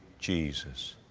jesus.